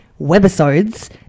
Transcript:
webisodes